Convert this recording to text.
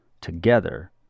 together